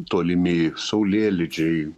tolimi saulėlydžiai